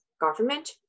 government